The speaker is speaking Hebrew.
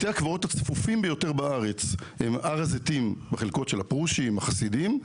בתי הקברות הצפופים ביותר בארץ הם הר הזיתים בחלקות של הפרושים החסידים,